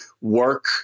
work